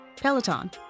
Peloton